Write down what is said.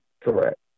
Correct